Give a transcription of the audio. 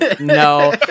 no